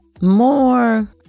more